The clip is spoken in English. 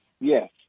Yes